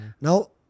Now